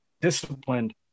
disciplined